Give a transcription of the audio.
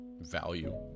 value